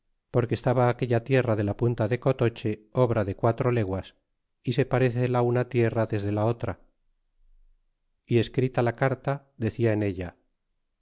porque estaba aquella tierra de la punta de cotoche obra de quatro leguas y se parece la una tierra desde la otra y escrita la carta decía en ella